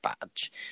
badge